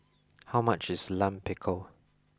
how much is Lime Pickle